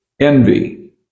envy